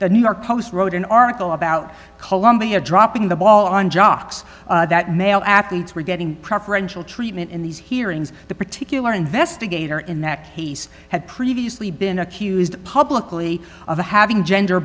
the new york post wrote an article about columbia dropping the ball on jocks that male athletes were getting preferential treatment in these hearings the particular investigator in that case had previously been accused publicly of the having gender